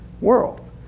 world